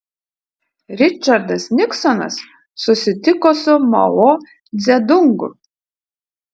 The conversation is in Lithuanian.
ričardas niksonas susitiko su mao dzedungu